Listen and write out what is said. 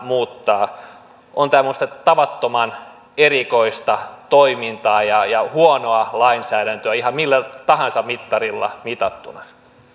muuttaa on tämä minusta tavattoman erikoista toimintaa ja ja huonoa lainsäädäntöä ihan millä tahansa mittarilla mitattuna